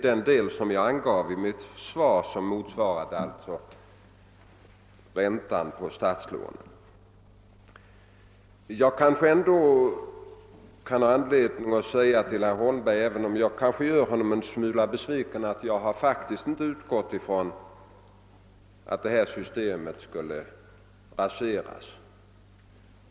Det belopp jag angivit motsvarar alltså räntan på statslånen. Även om jag gör herr Holmberg besviken bör jag kanske säga att jag faktiskt inte utgått från att detta system skulle raseras.